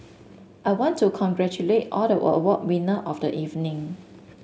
I want to congratulate all the award winner of the evening